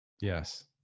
Yes